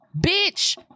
Bitch